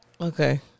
Okay